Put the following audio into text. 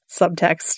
subtext